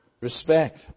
Respect